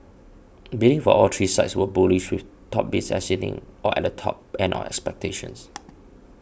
bidding for all three sites was bullish with top bids exceeding or at the top end of expectations